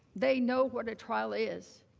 they know what a trial is.